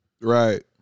Right